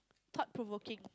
thought-provoking